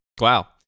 Wow